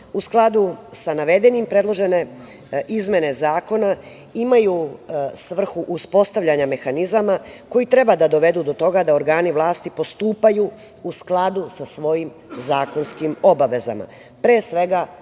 skladu sa navedenim, predložene izmene zakona imaju svrhu uspostavljanja mehanizama koji treba da dovedu do toga da organi vlasti postupaju u skladu sa svojim zakonskim obavezama,